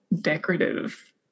decorative